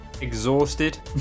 exhausted